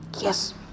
yes